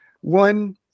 One